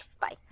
bye